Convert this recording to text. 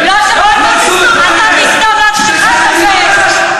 אתה תסתום לעצמך את הפה,